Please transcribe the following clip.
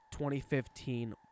2015